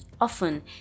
Often